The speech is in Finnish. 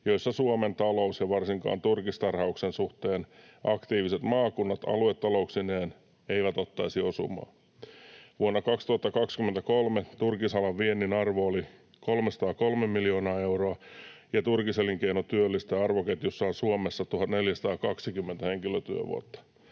joissa Suomen talous ja varsinkaan turkistarhauksen suhteen aktiiviset maakunnat aluetalouksineen eivät ottaisi osumaa. Vuonna 2023 turkisalan viennin arvo oli 303 miljoonaa euroa ja turkiselinkeino työllisti arvoketjussaan Suomessa 1 420 henkilötyövuotta.